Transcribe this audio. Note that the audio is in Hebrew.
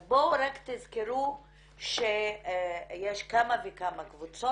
אז בואו רק תזכרו שיש כמה וכמה קבוצות